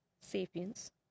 sapiens